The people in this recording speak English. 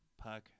puck